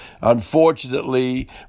Unfortunately